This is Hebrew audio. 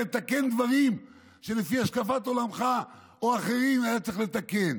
לתקן דברים שלפי השקפת עולמך או אחרים היה צריך לתקן.